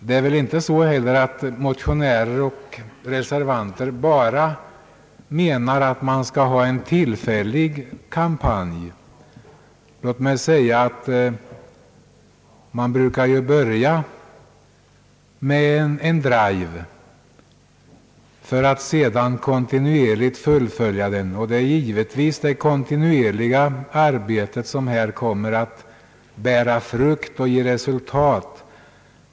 Det är väl inte heller så, att motionärer och reservanter bara menar att man skall ordna en tillfällig kampanj. Man brukar ju börja med en drive och sedan kontinuerligt fullfölja den. Det är givetvis detta kontinuerliga arbete som här kommer att bli fruktbärande och ge resultat.